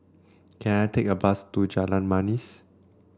can I take a bus to Jalan Manis